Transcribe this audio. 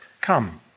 come